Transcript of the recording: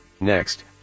Next